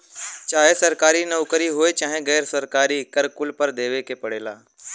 चाहे सरकारी नउकरी होये चाहे गैर सरकारी कर कुल पर देवे के पड़ला